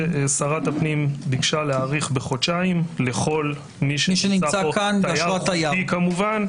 שרת הפנים ביקשה להאריך בחודשיים לכל מי שנמצא פה כתייר חוקי כמובן.